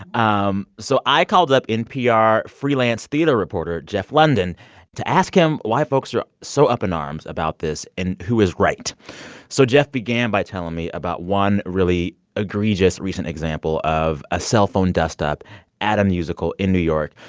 um so i called up npr freelance theater reporter jeff lunden to ask him why folks are so up in arms about this and who is right so jeff began by telling me about one really egregious recent example of a cellphone dust-up at a musical in new york.